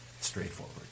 straightforward